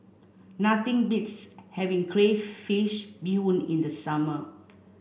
nothing beats having Crayfish Beehoon in the summer